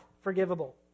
forgivable